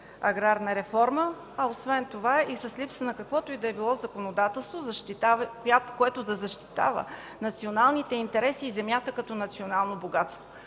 аграрна реформа, а освен това с липса на каквото и да било законодателство, което да защитава националните интереси и земята като национално богатство.